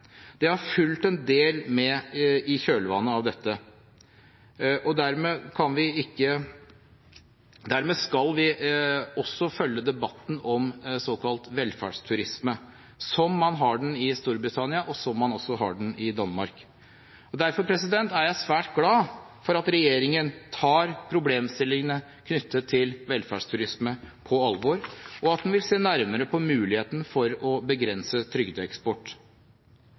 Det har fulgt en del med i kjølvannet av dette, og dermed skal vi også følge debatten om såkalt velferdsturisme, som man har den i Storbritannia, og som man også har den i Danmark. Derfor er jeg svært glad for at regjeringen tar problemstillingene knyttet til velferdsturisme på alvor, og at en vil se nærmere på muligheten for å begrense trygdeeksport.